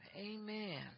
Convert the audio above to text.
Amen